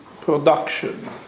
production